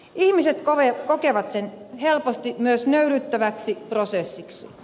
ihmiset kokevat sen helposti myös nöyryyttäväksi prosessiksi